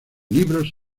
libros